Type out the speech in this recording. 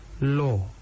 law